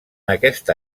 aquesta